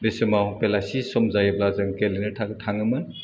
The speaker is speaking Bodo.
बे समाव बेलासि सम जायोब्ला जों गेलेने थां थाङोमोन